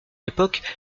époque